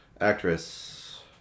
actress